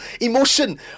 emotion